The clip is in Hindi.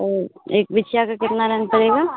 और एक बिछिया का कितना रेन्ज पड़ेगा